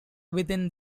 within